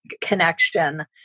connection